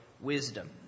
wisdom